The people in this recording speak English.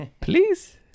please